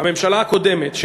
הממשלה הקודמת,